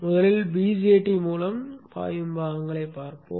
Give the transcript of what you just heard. முதலில் BJT மூலம் பாயும் பாகங்களைப் பார்ப்போம்